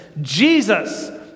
Jesus